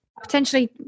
potentially